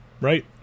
right